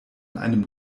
einem